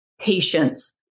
patience